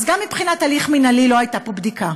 אז גם מבחינת הליך מינהלי לא הייתה פה בדיקה.